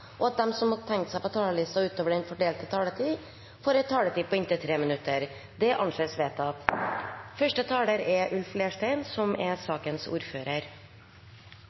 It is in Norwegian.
og at dei som måtte teikna seg på talarlista utover den fordelte taletida, får ei taletid på inntil 3 minutt. – Det er vedteke. Det er